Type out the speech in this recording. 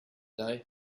day